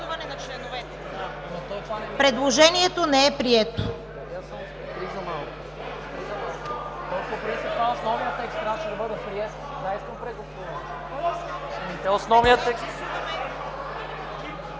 Предложението не е прието.